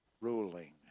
ruling